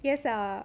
yes ah